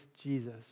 Jesus